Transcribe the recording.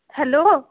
hello